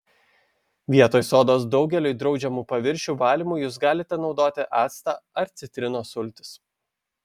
vietoj sodos daugeliui draudžiamų paviršių valymui jus galite naudoti actą ar citrinos sultis